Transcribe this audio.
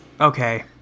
Okay